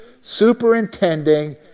superintending